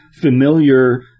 familiar